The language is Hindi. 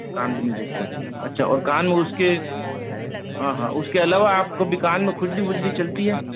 कान भी नहीं दुखता है अच्छा और कान में उसके हाँ हाँ उसके अलावा आप को कभी कान में खुजली वुजली चलती है